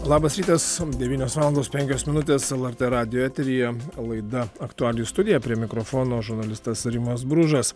labas rytas devynios valandos penkios minutės lrt radijo eteryje laida aktualijų studija prie mikrofono žurnalistas rimas bružas